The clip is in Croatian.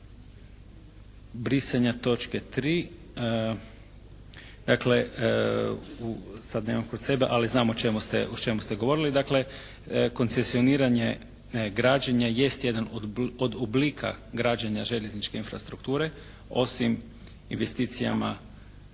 tiče brisanja točke 3. Dakle sad nemam kod sebe, ali znam o čemu ste govorili. Dakle koncesioniranje građenja jest jedan od oblika građenja željezničke infrastrukture osim investicijama